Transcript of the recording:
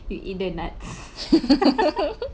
you eat the nuts